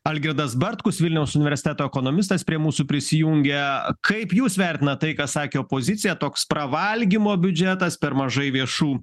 algirdas bartkus vilniaus universiteto ekonomistas prie mūsų prisijungė kaip jūs vertinat tai ką sakė opozicija toks pravalgymo biudžetas per mažai viešų